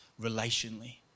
relationally